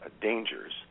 dangers